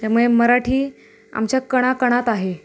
त्यामुळे मराठी आमच्या कणाकणात आहे